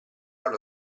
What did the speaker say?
allo